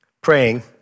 praying